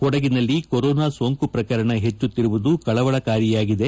ಕೊಡಗಿನಲ್ಲಿ ಕೋರೋನಾ ಸೋಂಕು ಪ್ರಕರಣ ಹೆಚ್ಚುತ್ತಿರುವುದು ಕಳವಳಕಾರಿಯಾಗಿದೆ